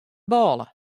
bôle